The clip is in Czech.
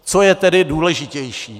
Co je tedy důležitější?